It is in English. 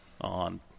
on